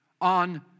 On